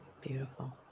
Beautiful